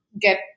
get